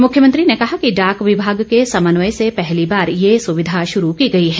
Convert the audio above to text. मुख्यमंत्री ने कहा कि डाक विभाग के समन्वय से पहली बार ये सुविधा शुरू की गई है